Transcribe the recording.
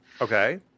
Okay